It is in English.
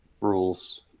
rules